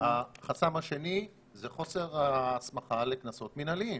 החסם השני זה חוסר הסמכה לקנסות מנהליים.